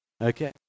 Okay